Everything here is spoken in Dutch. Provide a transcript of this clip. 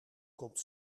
komt